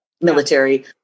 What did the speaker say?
military